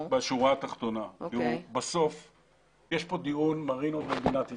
בשורה התחתונה אני רוצה לומר שבסוף יש כאן דיון על מרינות במדינת ישראל.